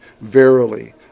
Verily